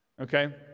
Okay